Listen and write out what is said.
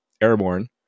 airborne